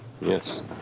Yes